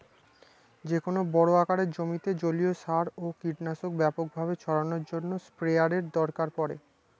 যেকোনো বড় আকারের জমিতে জলীয় সার ও কীটনাশক ব্যাপকভাবে ছড়ানোর জন্য স্প্রেয়ারের দরকার পড়ে